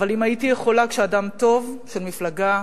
כשאדם טוב, של מפלגה,